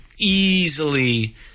easily